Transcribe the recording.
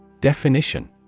Definition